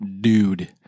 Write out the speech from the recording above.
dude